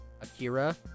Akira